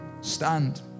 stand